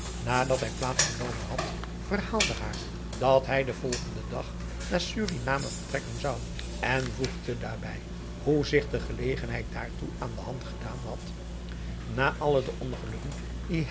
nadat hij plaats genomen had verhaalde haar dat hij den volgenden dag naar suriname vertrekken zou en voegde daarbij hoe zich de gelegenheid daartoe aan de hand gedaan had na alle de ongelukken die